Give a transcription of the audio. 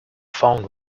found